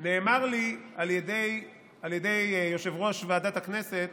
נאמר לי על ידי יושב-ראש ועדת הכנסת